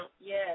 Yes